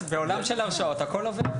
בעולם של הרשאות הכול עובר,